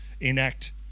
enact